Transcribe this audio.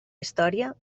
història